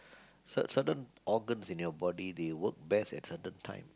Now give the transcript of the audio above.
cer~ certain organs in your body they work best at certain time